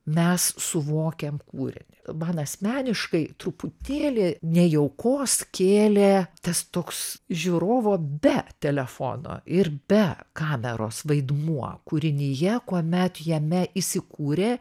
mes suvokiam kūrinį man asmeniškai truputėlį nejaukos kėlė tas toks žiūrovo be telefono ir be kameros vaidmuo kūrinyje kuomet jame įsikūrė